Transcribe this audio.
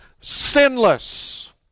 sinless